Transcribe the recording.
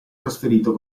trasferito